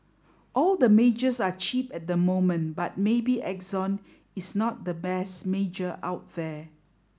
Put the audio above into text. all the majors are cheap at the moment but maybe Exxon is not the best major out there